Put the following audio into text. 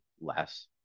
less